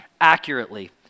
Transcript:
accurately